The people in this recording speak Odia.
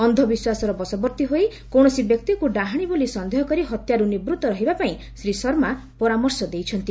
ଅନ୍ଧବିଶ୍ୱାସର ବଶବର୍ଭୀ ହୋଇ କୌଶସି ବ୍ୟକ୍ତିଙ୍କୁ ଡାହାଶୀ ବୋଲି ସନ୍ଦେହ କରି ହତ୍ୟାରୁ ନିବୂଉ ରହିବା ପାଇଁ ଶ୍ରୀ ଶର୍ମା ପରାମର୍ଶ ଦେଇଛନ୍ତି